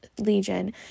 legion